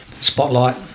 spotlight